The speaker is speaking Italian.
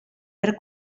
per